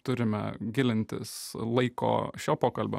turime gilintis laiko šio pokalbio